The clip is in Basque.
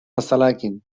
azalarekin